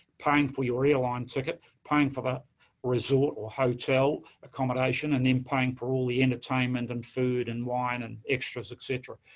paying for your airline ticket, paying for that resort or hotel accommodation, and then, paying for all the entertainment, and food, and wine, and extras, etc.